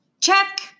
Check